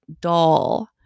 dull